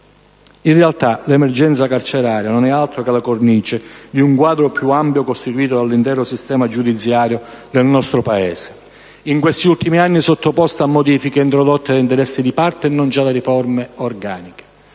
In realtà, l'emergenza carceraria non è altro che la cornice di un quadro più ampio costituito dall'intero sistema giudiziario del nostro Paese, in questi ultimi anni sottoposto a modifiche introdotte da interessi di parte e non già da riforme organiche.